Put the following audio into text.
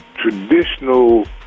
traditional